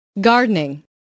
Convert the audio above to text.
Gardening